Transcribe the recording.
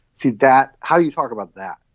see that how you talked about that?